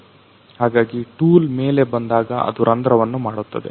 ಹಾಗಾಗಿ ಟೂಲ್ ಮೇಲೆ ಬಂದಾಗ ಅದು ರಂದ್ರವನ್ನ ಮಾಡುತ್ತದೆ